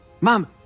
Mom